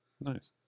Nice